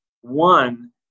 One